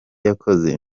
yakoze